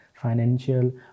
financial